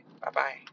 Bye-bye